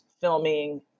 filming